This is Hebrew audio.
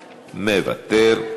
מוותר,